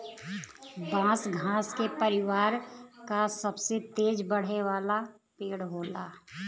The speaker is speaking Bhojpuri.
बांस घास के परिवार क सबसे तेज बढ़े वाला पेड़ होला